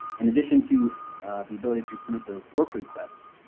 in addition to the ability to submit those work requests,